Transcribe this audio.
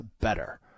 better